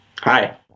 Hi